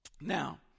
now